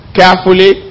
carefully